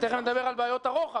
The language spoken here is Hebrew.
ותכף נדבר על בעיות הרוחב.